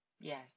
Yes